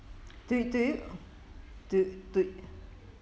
do you do you do do